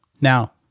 Now